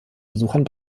besuchern